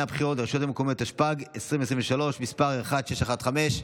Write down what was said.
התשפ"ג 2023, עברה בקריאה ראשונה.